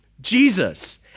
Jesus